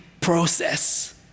process